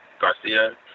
Garcia